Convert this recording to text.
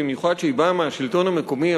במיוחד כשהיא באה מהשלטון המקומי.